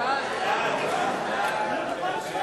(תיקון מס'